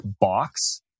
box